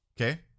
Okay